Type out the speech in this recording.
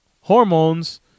hormones